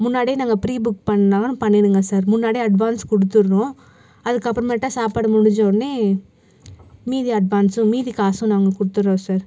முன்னாடியே நாங்கள் pre book பண்ணிணாலும் பண்ணிவிடுங்க சார் முன்னாடியே அட்வான்ஸ் கொடுத்துட்றோம் அதுக்கு அப்பறமேட்டா சாப்பாடு முடிஞ்ச உடனே மீதி அட்வான்சும் மீதி காசும் நாங்கள் கொடுத்துட்றோம் சார்